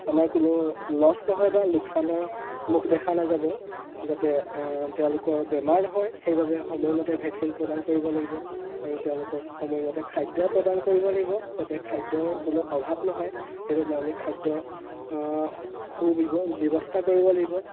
আমাৰ কোনো লছ নহয় বা লোকচানৰ মুখ দেখা নাযাব যাতে তেওঁলোকৰ বেমাৰ নহয় সেইবাবে সময়মতে ভেকচিন প্ৰদান কৰিব লাগিব আৰু তেওঁলোকক সময়মতে খাদ্য প্ৰদান কৰিব লাগিব যাতে খাদ্যৰ কোনো অভাৱ নহয় সেইবাবে আমি খাদ্য সুবিৱ ব্যৱস্থা কৰিব লাগিব